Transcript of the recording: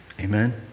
Amen